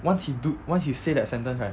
once he do once he say that sentence right